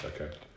Okay